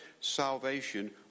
Salvation